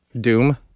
Doom